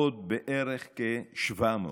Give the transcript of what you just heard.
עוד בערך כ-700.